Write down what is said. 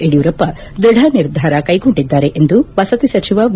ಯಡಿಯೂರಪ್ಪ ದೃಢ ನಿರ್ಧಾರ ಕೈಗೊಂಡಿದ್ದಾರೆ ಎಂದು ವಸತಿ ಸಚಿವ ಎ